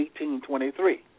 1823